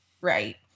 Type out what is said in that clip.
Right